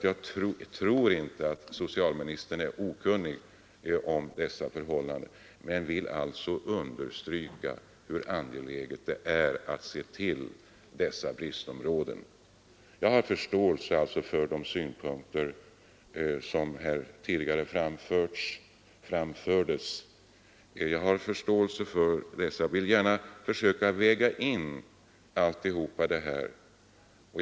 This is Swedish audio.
Jag tror inte att socialministern är okunnig om dessa förhållanden, men jag vill understryka hur angeläget det är att se till dessa bristområden. Jag har förståelse för de synpunkter som tidigare framfördes och vill gärna försöka väga in dem alla.